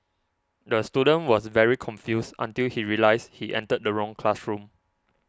the student was very confused until he realised he entered the wrong classroom